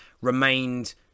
remained